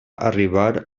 arribar